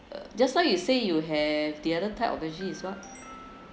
uh just now you say you have the other type of veggie is what